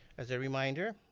as a reminder,